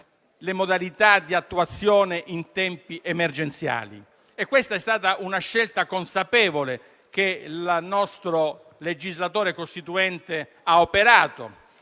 le modalità di attuazione in tempi emergenziali. Questa è stata una scelta consapevole, che il nostro legislatore costituente ha operato